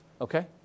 Okay